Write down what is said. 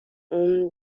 اون